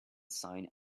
sign